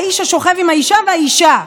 האיש השֹכב עם האשה והאשה".